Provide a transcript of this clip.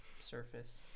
surface